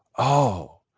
oh,